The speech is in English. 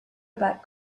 about